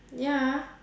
ya